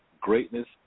greatness